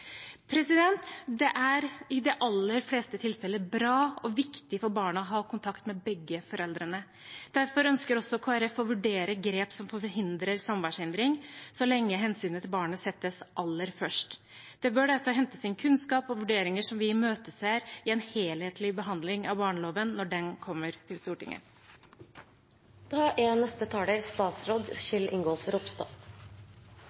er i de aller fleste tilfeller bra og viktig for barnet å ha kontakt med begge foreldrene. Derfor ønsker også Kristelig Folkeparti å vurdere grep som forhindrer samværshindring så lenge hensynet til barnet settes aller først. Det bør derfor hentes inn kunnskap og vurderinger som vi imøteser i en helhetlig behandling av barneloven når den kommer til Stortinget. Jeg vil starte med å slå fast at det er